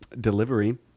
delivery